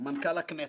מנכ"ל הכנסת,